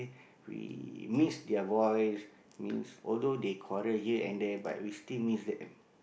we miss their voice means although they quarrel here and there but we still miss them